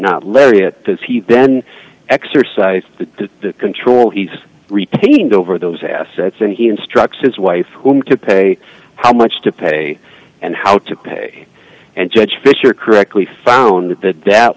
not larry it does he then exercised the control he's retained over those assets and he instructs his wife whom to pay how much to pay and how to pay and judge fisher correctly found that th